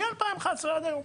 זה המצב משנת 2011 ועד היום.